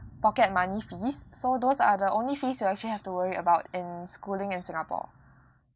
pocket money fees so those are the only fees you actually have to worry about in schooling in singapore